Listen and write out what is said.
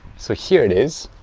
so here it is.